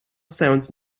sounds